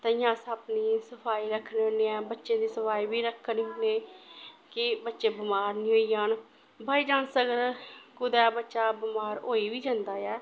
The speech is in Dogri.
ताइयें अस अपनी सफाई रक्खने होन्ने आं बच्चें दी सफाई बी रक्खने होन्ने कि बच्चे बमार निं होई जान बाई चांस अगर कुदै बच्चा बमार होई बी जंदा ऐ